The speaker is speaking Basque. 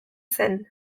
zen